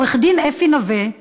עו"ד אפי נווה,